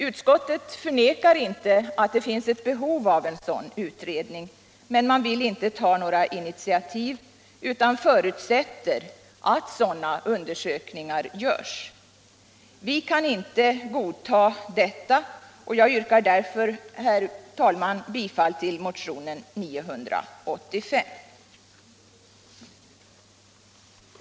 Utskottet förnekar inte att det finns ett behov av en sådan utredning, men man vill inte ta några initiativ för att tillsätta en sådan utan man förutsätter att undersökningar görs. Vi kan inte godta detta. Jag yrkar därför, herr talman, bifall till motionen 985.